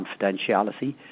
confidentiality